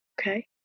okay